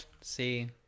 See